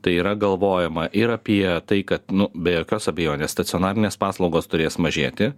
tai yra galvojama ir apie tai kad nu be jokios abejonės stacionarinės paslaugos turės mažėti